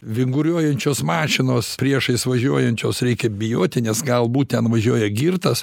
vinguriuojančios mašinos priešais važiuojančios reikia bijoti nes galbūt ten važiuoja girtas